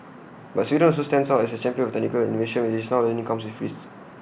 but Sweden also stands out as A champion of technological innovation which it's now learning comes with risks